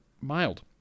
mild